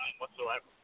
whatsoever